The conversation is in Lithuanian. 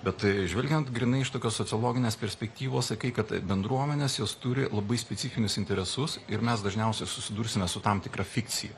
bet žvelgiant grynai iš tokios sociologinės perspektyvos sakai kad bendruomenės jos turi labai specifinius interesus ir mes dažniausiai susidursime su tam tikra fikcija